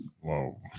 Whoa